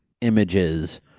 images